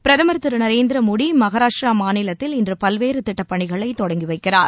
பிரதமர் திரு நரேந்திர மோடி மகாராஷ்டிர மாநிலத்தில் இன்று பல்வேறு திட்டப்பணிகளை தொடங்கி வைக்கிறார்